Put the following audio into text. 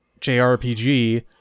JRPG